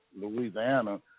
Louisiana